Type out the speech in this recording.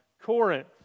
Corinth